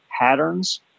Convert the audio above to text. patterns